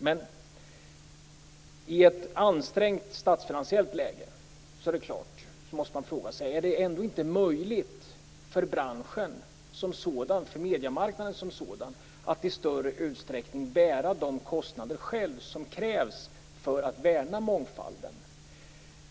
Men i ett ansträngt statsfinansiellt läge måste man fråga sig om det ändå inte är möjligt för branschen, för mediemarknaden som sådan, att i större utsträckning själv bära de kostnader som krävs för att värna mångfalden.